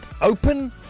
open